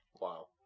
Wow